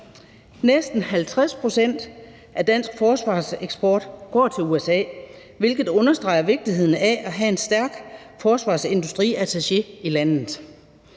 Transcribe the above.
Næsten 50 pct. af dansk forsvarsindustrieksport går til USA, hvilket understreger vigtigheden af at have en stærk forsvarsindustriattaché i landet.